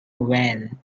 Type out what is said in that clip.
van